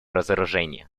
разоружения